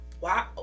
Wow